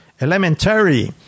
Elementary